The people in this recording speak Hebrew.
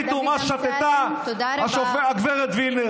אני מציע לכל הצופים שהם יחליטו מה שתתה הגב' וילנר.